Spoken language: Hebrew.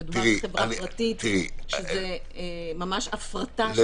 מדובר בחברה פרטית, שזה ממש הפרטה של השירות הזה.